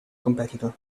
competitor